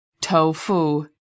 Tofu